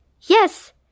Yes